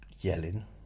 yelling